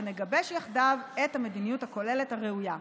ונגבש יחדיו את המדיניות הכוללת הראויה.